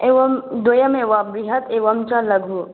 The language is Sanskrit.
एवं द्वयमेव बृहद् एवं च लघु